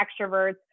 extroverts